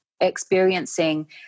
experiencing